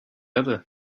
other